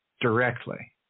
directly